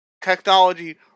technology